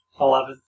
Eleven